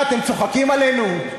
מה, אתם צוחקים עלינו?